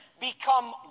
become